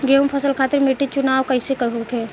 गेंहू फसल खातिर मिट्टी चुनाव कईसे होखे?